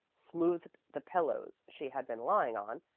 smoothed the pillows she had been lying on,